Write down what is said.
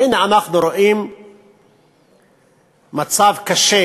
והנה אנחנו רואים מצב קשה